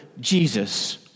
Jesus